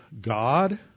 God